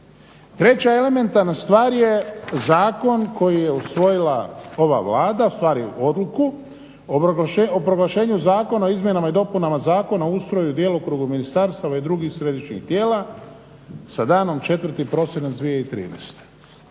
Treća elementarna stvar je zakon koji je usvojila ova Vlada, u stvari odluku o proglašenju Zakona o izmjenama i dopunama Zakona o ustroju i djelokrugu ministarstava i drugih središnjih tijela sa danom 4. prosinac 2013.